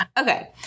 Okay